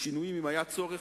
ושינויים אם היה צורך,